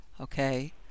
okay